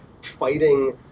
fighting